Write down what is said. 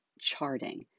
charting